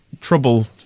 trouble